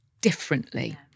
differently